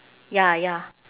ya ya